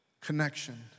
connection